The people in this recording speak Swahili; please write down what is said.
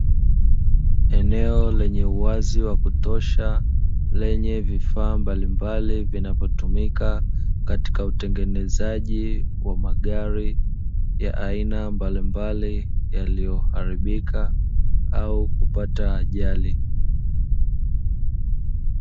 Eneo lenye uwazi wa kutosha ambalo linalotumika katika utengenezaji wa magari, ya aina mbalimbali ambayo yameharibika au kupata ajali.